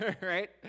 right